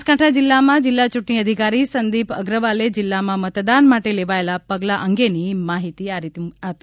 બનાસકાંઠા જિલ્લામાં જિલ્લા ચ્રૂંટણી અધિકારી સંદીપ આંગલે જિલ્લામાં મતદાન માટે લેવાયેલ પગલા અંગેની માહિતી આપી